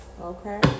Okay